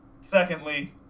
secondly